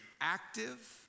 active